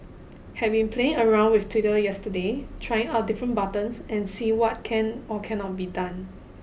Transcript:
having playing around with Twitter yesterday trying out different buttons and see what can or cannot be done